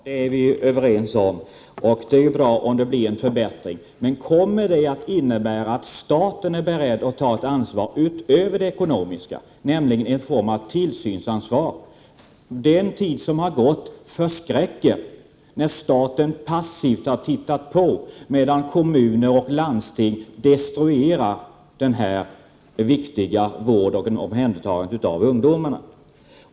Herr talman! Ja, det är vi överens om, och det är ju bra om det blir en förbättring. Men kommer det att innebära att staten är beredd att ta ett ansvar utöver det ekonomiska, nämligen en form av tillsynsansvar? Den tid som har gått förskräcker. Staten har passivt tittat på, medan kommuner och landsting destruerar den här viktiga vården och omhändertagandet av ungdomarna.